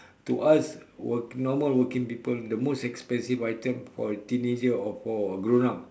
to us work normal working people the most expensive item for a teenager or for a grown up